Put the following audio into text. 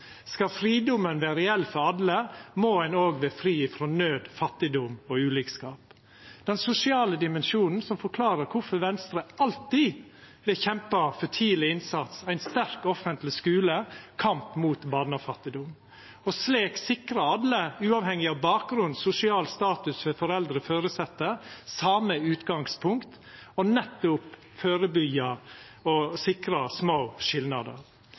Skal fridomen vera reell for alle, må ein òg verta fri frå naud, fattigdom og ulikskap. Det er den sosiale dimensjonen som forklarer kvifor Venstre alltid vil kjempa for tidleg innsats, for ein sterk offentleg skule og mot barnefattigdom, og slik sikra alle – uavhengig av bakgrunn, den sosiale statusen til foreldre og føresette – same utgangspunkt, for nettopp å førebyggja og sikra små skilnader.